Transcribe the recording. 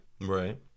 Right